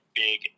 big